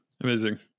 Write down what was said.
Amazing